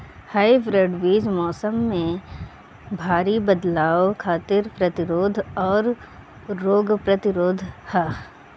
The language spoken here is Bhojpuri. हाइब्रिड बीज मौसम में भारी बदलाव खातिर प्रतिरोधी आउर रोग प्रतिरोधी ह